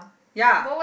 ya